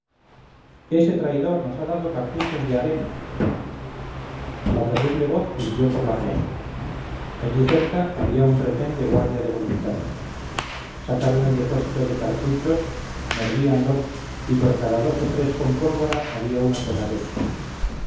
ese traidor nos ha dado cartuchos de arena la terrible voz cundió por la plaza allí cerca había un retén de guardia de voluntarios sacaron el depósito de cartuchos mordíanlos y por cada dos o tres con pólvora había uno con arena